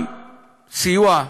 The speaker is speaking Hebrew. גם סיוע,